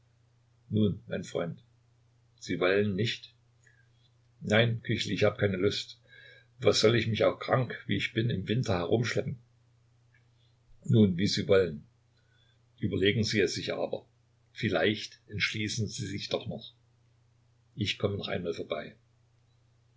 nun mein freund sie wollen nicht nein küchel ich hab keine lust was soll ich mich auch krank wie ich bin im winter herumschleppen nun wie sie wollen überlegen sie es sich aber vielleicht entschließen sie sich doch noch ich komme noch einmal vorbei